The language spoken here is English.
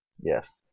Yes